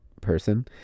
person